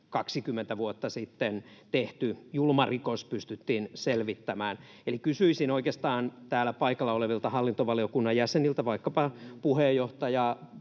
20 vuotta sitten tehty julma rikos pystyttiin selvittämään. Kysyisin oikeastaan täällä paikalla olevilta hallintovaliokunnan jäseniltä, vaikkapa puheenjohtajalta